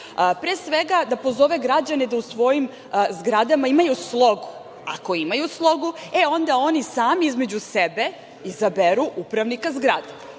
Pre svega, da pozove građane da u svojim zgradama imaju slogu. Ako imaju slogu, onda oni sami između sebe izaberu upravnika zgrade.